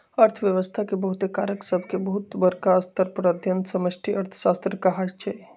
अर्थव्यवस्था के बहुते कारक सभके बहुत बरका स्तर पर अध्ययन समष्टि अर्थशास्त्र कहाइ छै